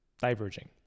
Diverging